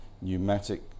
pneumatic